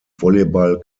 volleyball